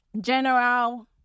general